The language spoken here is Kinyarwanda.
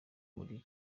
muri